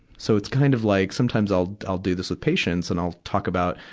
so it's kind of like, sometimes i'll, i'll do this with patients and i'll talk about,